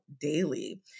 daily